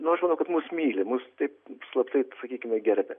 nu aš manau kad mus myli mus taip slaptai sakykime gerbia